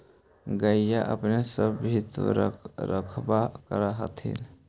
गईया अपने सब भी तो रखबा कर होत्थिन?